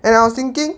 and I was thinking